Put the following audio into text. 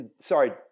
Sorry